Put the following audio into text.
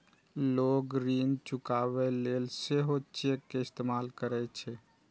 लोग ऋण चुकाबै लेल सेहो चेक के इस्तेमाल करै छै